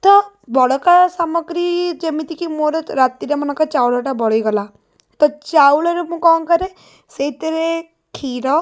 ତ ବଳକା ସାମଗ୍ରୀ ଯେମିତିକି ମୋର ରାତିରେ ମନେକର ଚାଉଳଟା ବଳିଗଲା ତ ଚାଉଳରେ ମୁଁ କ'ଣ କରେ ସେଇଥିରେ କ୍ଷୀର